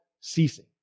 ceasing